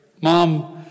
Mom